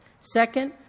Second